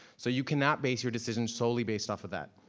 so you can not base your decision solely based off of that.